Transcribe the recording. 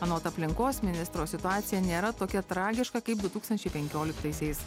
anot aplinkos ministro situacija nėra tokia tragiška kaip du tūkstančiai penkioliktaisiais